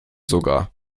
sogar